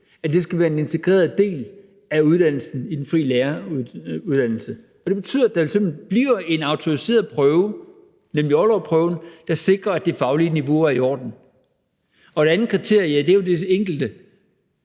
skal være en integreret del af uddannelsen i den frie læreruddannelse. Og det betyder, at der sådan bliver en autoriseret prøve, nemlig Ollerupprøven, der sikrer, at det faglige niveau er i orden. Det andet kriterium er jo helt enkelt,